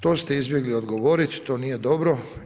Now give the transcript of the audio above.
To ste izbjegli odgovoriti, to nije dobro.